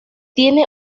tiene